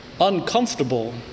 uncomfortable